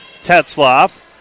Tetzloff